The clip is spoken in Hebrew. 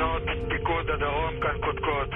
ארבעה בעד, אין מתנגדים.